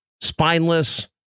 Spineless